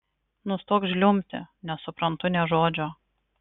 nustok žliumbti nesuprantu nė žodžio